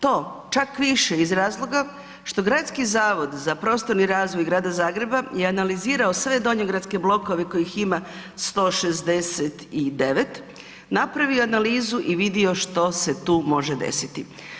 To čak više iz razloga što Gradski zavod za prostorni razvoj Grada Zagreba je analizirao sve donjogradske blokove kojih ima 169, napravio analizu i vidio što se tu može desiti.